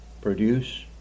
produce